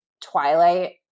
twilight